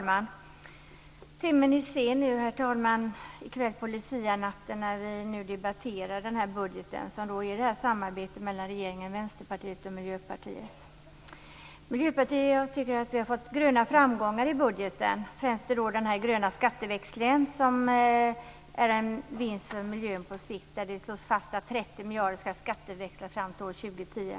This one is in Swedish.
Herr talman! Timmen är sen på lucianatten när vi debatterar budgeten som är ett samarbete mellan regeringen, Vänsterpartiet och Miljöpartiet. Jag tycker att vi har fått gröna framgångar i budgeten, främst då den gröna skatteväxlingen, som är en vinst för miljön på sikt. Det slås fast att 30 miljarder ska skatteväxlas fram till år 2010.